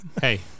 Hey